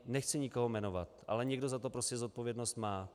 Nechci nikoho jmenovat, ale někdo za to prostě zodpovědnost má.